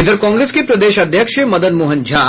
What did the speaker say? इधर कांग्रेस के प्रदेश अध्यक्ष मदन मोहन झा